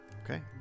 Okay